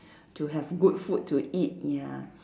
to have good food to eat ya